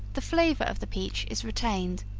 the flavor of the peach is retained,